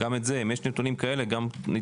שיעבירו נתונים כאלה, אם יש.